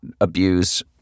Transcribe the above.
abuse